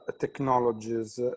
technologies